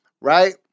right